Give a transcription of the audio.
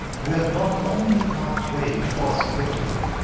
we have gone only halfway towards victory.